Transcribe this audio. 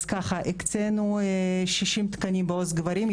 הקצינו 60 תקנים בעו"ס גברים,